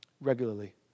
regularly